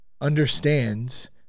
understands